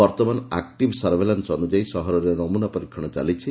ବର୍ଭମାନ ଆକିଭ୍ ସଭେଲାନ୍ ଅନୁଯାୟୀ ସହରରେ ନମୁନା ପରୀକ୍ଷଣ ଚାଲିଛି